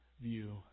view